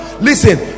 Listen